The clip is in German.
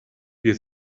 wir